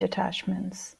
detachments